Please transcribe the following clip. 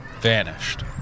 vanished